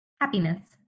Happiness